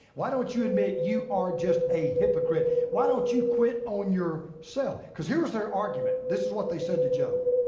why don't you admit you are just a hypocrite, why don't you quit on yourself? so cause here's their argument, this is what they said to job.